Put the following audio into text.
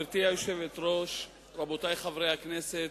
גברתי היושבת-ראש, רבותי חברי הכנסת,